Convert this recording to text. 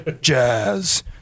jazz